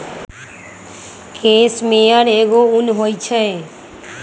case मेयर एगो उन होई छई